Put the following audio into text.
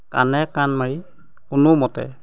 কানে কান মাৰি কোনো মতে